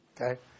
Okay